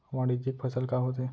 वाणिज्यिक फसल का होथे?